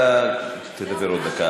אתה תדבר עוד דקה.